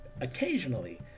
occasionally